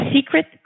secret